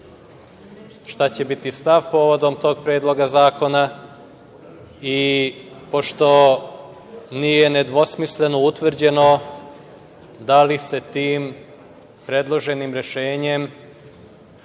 šta će biti stav povodom tog Predloga zakona i pošto nije nedvosmisleno utvrđeno da li se tim predloženim rešenjem